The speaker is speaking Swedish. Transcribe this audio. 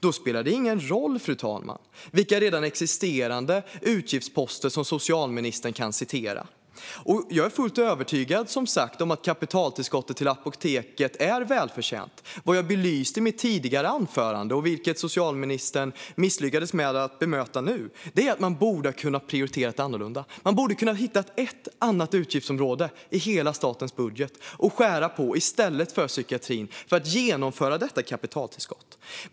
Då spelar det ingen roll, fru talman, vilka redan existerande utgiftsposter som socialministern kan citera. Jag är fullt övertygad om att kapitaltillskottet till Apoteket är välförtjänt. Vad jag belyste i mitt tidigare anförande, vilket socialministern nu misslyckades med att bemöta, var att man borde ha kunnat prioritera annorlunda. Man borde ha kunnat hitta ett annat utgiftsområde i hela statens budget att skära på i stället för psykiatrin för att genomföra detta kapitaltillskott.